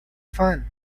fun